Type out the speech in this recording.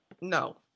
No